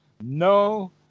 No